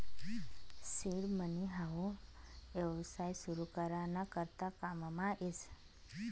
seed money हाऊ येवसाय सुरु करा ना करता काममा येस